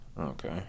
okay